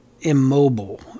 immobile